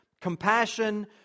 compassion